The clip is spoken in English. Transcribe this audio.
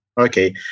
Okay